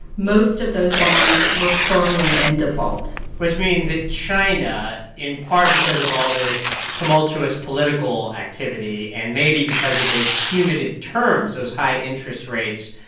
most of those bonds were firmly in default which means that china, in part because of all this tumultuous political activity and maybe because of those punitive terms, those high interest rates,